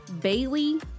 Bailey